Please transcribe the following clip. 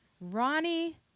Ronnie